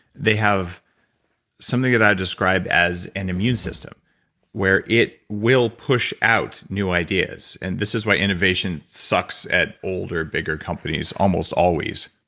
they have something that i describe as an immune system where it will push out new ideas. and this is why innovation sucks at older bigger companies almost always.